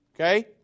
Okay